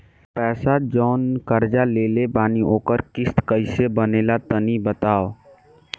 पैसा जऊन कर्जा लेले बानी ओकर किश्त कइसे बनेला तनी बताव?